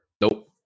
Nope